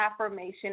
affirmation